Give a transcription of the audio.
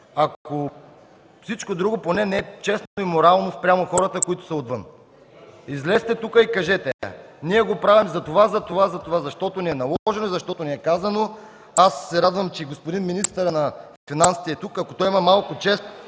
не всичко друго, поне не е честно и морално спрямо хората, които са отвън. Излезте тук и кажете: Ние го правим за това, затова и затова, защото ни е наложено и защото ни е казано. Аз се радвам, че господин министърът на финансите е тук. Ако той има малко чест